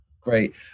great